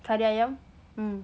kari ayam hm